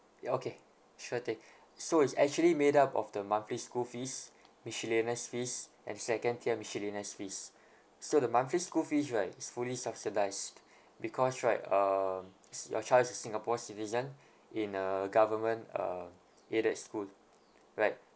ya okay sure thing so it's actually made up of the monthly school fees miscellaneous fees and second tier miscellaneous fees so the monthly school fees right is fully subsidised because right uh your child is a singapore citizen in a government uh aided school like